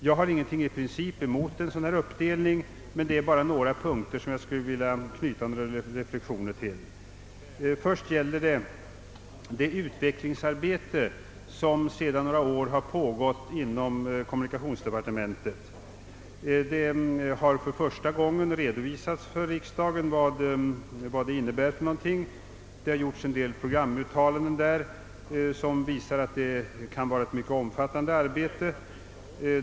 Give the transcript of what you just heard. Jag har ingenting emot en sådan uppdelning i princip, men skulle ändå vilja göra några reflexioner till ett par punkter. Det gäller först det utvecklingsarbete som sedan några år har pågått inom kommunikationsdepartementet. Man har för första gången nu redovisat för riksdagen vad det innebär. Det har gjorts en del programuttalanden, som visar att det kan vara ett mycket omfattande arbete.